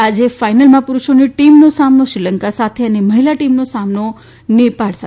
આજ ફાયનલમાં પુરૂષ ટીમનો સામનો શ્રીલંકા સાથે અને મહિલા ટીમનો સામનો નેપાળ સામે થશે